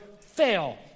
fail